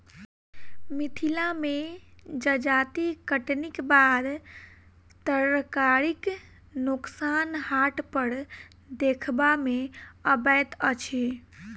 मिथिला मे जजाति कटनीक बाद तरकारीक नोकसान हाट पर देखबा मे अबैत अछि